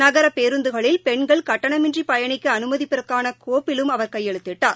நகர பேருந்துகளில் பெண்கள் கட்டணமின்றி பயணிக்க அனுமதிப்பதற்கான கோப்பிலும் அவர் கையெழுத்திட்டார்